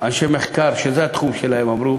אנשי מחקר שזה התחום שלהם, אמרו